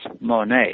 Monet